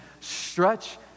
stretch